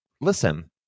listen